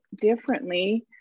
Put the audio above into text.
differently